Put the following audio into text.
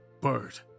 bird